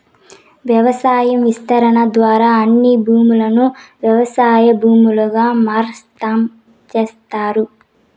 వ్యవసాయ విస్తరణ ద్వారా అన్ని భూములను వ్యవసాయ భూములుగా మార్సటం చేస్తారు